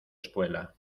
espuela